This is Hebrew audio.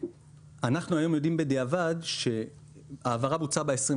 אנחנו היום יודעים בדיעבד שההעברה בוצעה ב-28